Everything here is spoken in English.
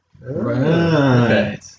Right